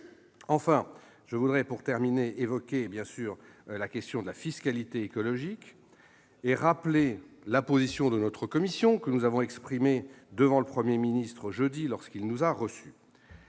terminer, je veux bien évidemment évoquer la question de la fiscalité écologique et rappeler la position de notre commission, que nous avons exprimée devant le Premier ministre jeudi dernier, lorsqu'il nous a reçus.